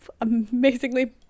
amazingly